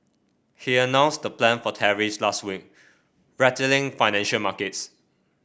he announced the plan for tariffs last week rattling financial markets